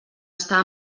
estar